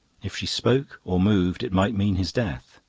if she spoke or moved it might mean his death.